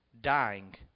dying